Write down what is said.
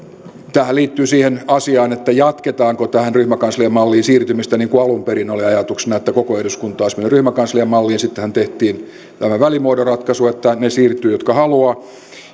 tämähän liittyy siihen asiaan jatketaanko tähän ryhmäkansliamalliin siirtymistä niin kuin alun perin oli ajatuksena että koko eduskunta olisi mennyt ryhmäkansliamalliin sittenhän tehtiin tämä välimuodon ratkaisu että ne siirtyvät jotka haluavat